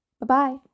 Bye-bye